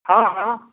हँ हँ